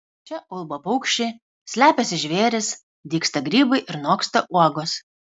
čia ulba paukščiai slepiasi žvėrys dygsta grybai ir noksta uogos